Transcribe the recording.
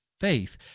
faith